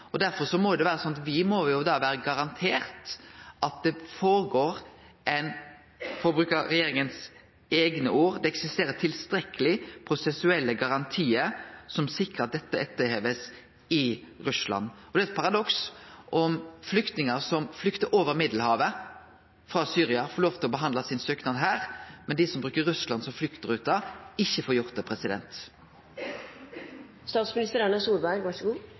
Derfor må me vere garanterte at det eksisterer – for å bruke regjeringas eigne ord – «tilstrekkelige prosesuelle garantier», som sikrar at dette blir etterlevd i Russland. Det er eit paradoks om flyktningar som flyktar over Middelhavet frå Syria, får lov til å få sin søknad behandla her, medan dei som bruker Russland som fluktrute, ikkje får det. For det